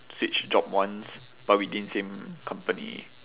switch job once but within same company